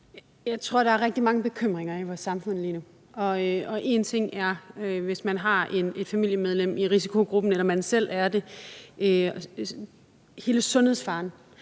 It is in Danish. Jeg tror, der er rigtig mange bekymringer i vores samfund lige nu. Én ting er, hvis man har et familiemedlem i risikogruppen eller man selv er det, altså hele sundhedsfaren,